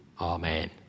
Amen